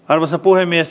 arvoisa puhemies